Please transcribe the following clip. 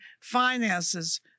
finances